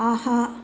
ஆஹா